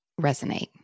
resonate